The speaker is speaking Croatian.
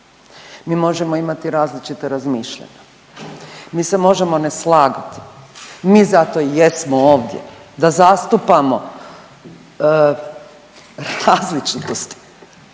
mi možemo imati različita razmišljanja, mi se možemo ne slagati, mi zato i jesmo ovdje da zastupamo različitosti,